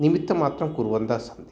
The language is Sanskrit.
निमित्तमात्रं कुर्वन्तः सन्ति